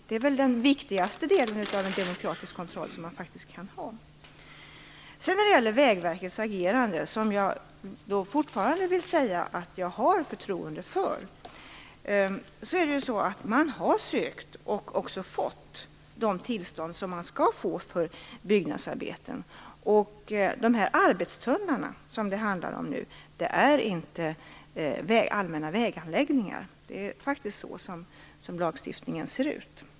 Det är väl det viktigaste när det gäller demokratisk kontroll. Sedan gäller det Vägverkets agerande. Jag vill säga att jag fortfarande har förtroende för Vägverket. Man har sökt, och också fått, de tillstånd man skall ha för byggnadsarbeten. De arbetstunnlar det handlar om nu är inte allmänna väganläggningar. Så ser faktiskt lagstiftningen ut.